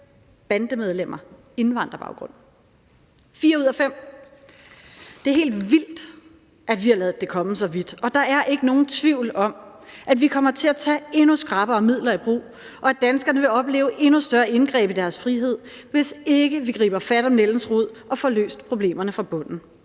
bandemedlemmer indvandrerbaggrund – fire ud af fem. Det er helt vildt, at vi har ladet det komme så vidt. Og der er ikke nogen tvivl om, at vi kommer til at tage endnu skrappere midler i brug, og at danskerne vil opleve endnu større indgreb i deres frihed, hvis ikke vi griber fat om nældens rod og får løst problemerne fra bunden.